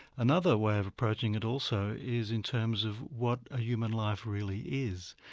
another way of approaching it also is in terms of what a human life really is.